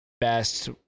best